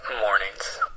mornings